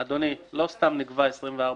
אדוני, לא סתם נקבע 24 חודשים.